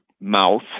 mouth